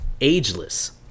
ageless